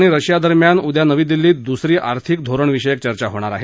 भारत रशियादरम्यान उद्या नवी दिल्लीत दुसरी आर्थिक धोरणविषयक चर्चा होणार आहे